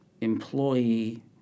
employee